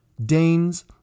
Danes